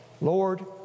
Lord